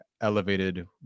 elevated